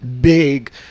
big